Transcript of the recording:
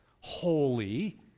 holy